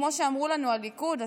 כמו שאמרו לנו בליכוד,